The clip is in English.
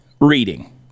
reading